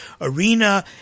arena